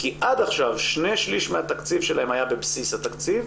כי עד עכשיו 2/3 מהתקציב שלהם היה בבסיס התקציב,